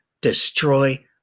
destroy